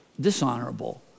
dishonorable